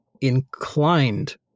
inclined